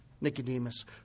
Nicodemus